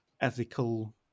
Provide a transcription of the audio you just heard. ethical